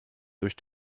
durch